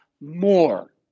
more